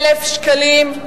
שקלים.